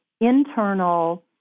internal